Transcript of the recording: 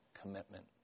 commitment